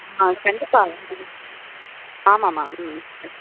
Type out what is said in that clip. ம் கண்டிப்பாக ம் ஆமாம்மா ம்